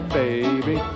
baby